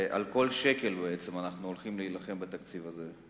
על כל שקל אנחנו הולכים להילחם בתקציב הזה,